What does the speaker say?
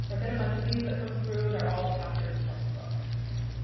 so got a bunch of these that come through they're all chapters from the book okay.